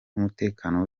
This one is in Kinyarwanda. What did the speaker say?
n’umutekano